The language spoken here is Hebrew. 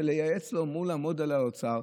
כדי לייעץ לו לעמוד מול האוצר.